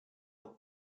not